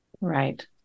right